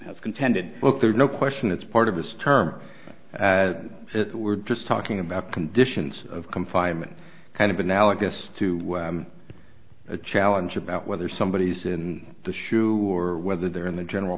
has contended look there's no question it's part of his term as it were just talking about conditions of confinement kind of analogous to the challenge about whether somebody is in the sure whether they're in the general